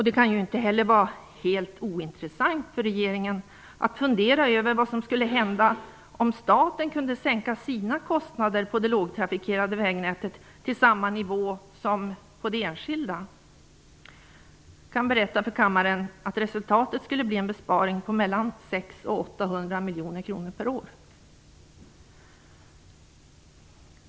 Det kan ju inte heller vara helt ointressant för regeringen att fundera över vad som skulle hända om staten kunde sänka sina kostnader för det lågtrafikerade vägnätet till samma nivå som för det enskilda. Jag kan berätta för kammaren att resultatet skulle bli en besparing på mellan 600 miljoner och 800 miljoner kronor per år.